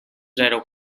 zero